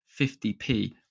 50p